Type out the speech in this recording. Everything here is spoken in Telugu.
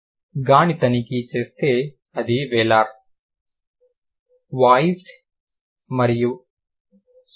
Ga ని తనిఖీ చేస్తే అది వేలార్ వాయిసేడ్ మరియు స్స్టాప్